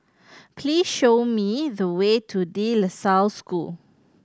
please show me the way to De La Salle School